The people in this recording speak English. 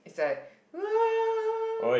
it's like